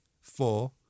four